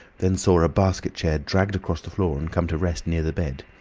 then saw a basket chair dragged across the floor and come to rest near the bed.